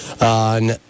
on